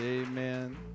Amen